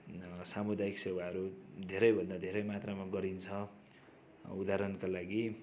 सामुदायिक सेवाहरू धेरैभन्दा धेरै मात्रामा गरिन्छ उदाहरणका लागि